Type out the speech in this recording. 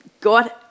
God